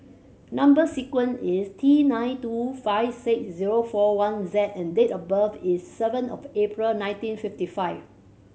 number sequence is T nine two five six zero four one Z and date of birth is seven of April nineteen fifty five